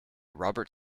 robert